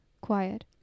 quiet